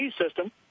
system